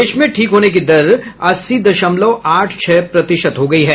देश में ठीक होने की दर अस्सी दशमलव आठ छह प्रतिशत हो गई है